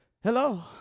Hello